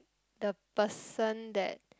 the person that